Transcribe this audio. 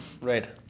Right